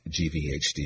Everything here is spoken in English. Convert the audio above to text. GVHD